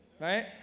right